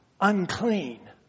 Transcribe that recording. unclean